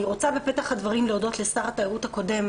אני רוצה בפתח הדברים להודות לשר התיירות הקודם,